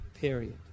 period